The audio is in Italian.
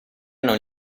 non